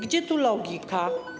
Gdzie tu logika?